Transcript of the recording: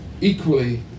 equally